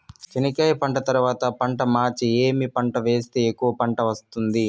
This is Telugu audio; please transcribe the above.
చెనక్కాయ పంట తర్వాత పంట మార్చి ఏమి పంట వేస్తే ఎక్కువగా పంట వస్తుంది?